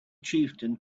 chieftain